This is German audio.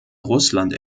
russland